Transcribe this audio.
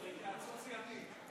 זו התייעצות סיעתית.